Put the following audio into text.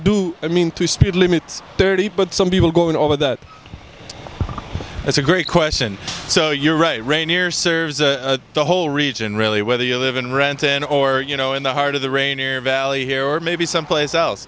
do i mean to speed limits thirty but some people go in over that it's a great question so you're right rainier serves a whole region really whether you live in renton or you know in the heart of the rainier valley here or maybe someplace else